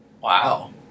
Wow